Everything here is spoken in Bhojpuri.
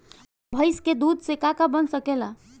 भइस के दूध से का का बन सकेला?